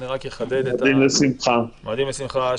מועדים לשמחה.